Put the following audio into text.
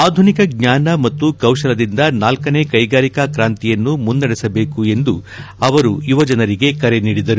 ಆಧುನಿಕ ಜ್ವಾನ ಮತ್ತು ಕೌಶಲದಿಂದ ನಾಲ್ಕನೇ ಕೈಗಾರಿಕಾ ಕ್ರಾಂತಿಯನ್ನು ಮುನ್ನಡೆಸಬೇಕು ಎಂದು ಅವರು ಯುವಜನರಿಗೆ ಕರೆ ನೀಡಿದರು